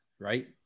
Right